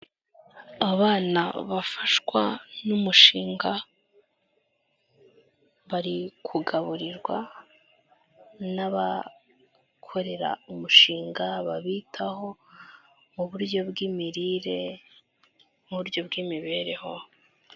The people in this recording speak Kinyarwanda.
Abana bafashwa n'umushinga, bari kugaburirwa n'abakorera umushinga babitaho mu buryo bwimirire n'uburyo bw'imibereho.